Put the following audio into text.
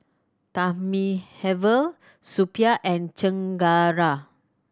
Thamizhavel Suppiah and Chengara